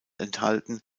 enthalten